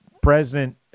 President